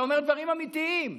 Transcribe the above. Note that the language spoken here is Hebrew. אתה אומר דברים אמיתיים?